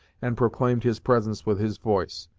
and proclaimed his presence with his voice.